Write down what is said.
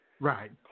Right